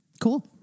Cool